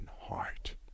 heart